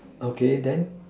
okay then